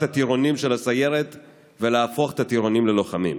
הטירונים של הסיירת ולהפוך את הטירונים ללוחמים.